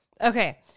Okay